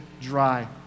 dry